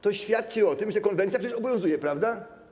To świadczy o tym, że konwencja przecież obowiązuje, prawda?